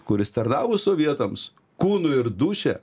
kuris tarnavo sovietams kūnu ir dūšia